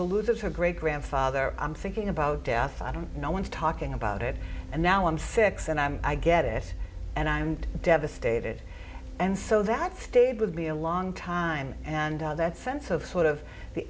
who loses her great grandfather i'm thinking about death i don't no one's talking about it and now i'm six and i'm i get it and i'm devastated and so that stayed with me a long time and that sense of sort of the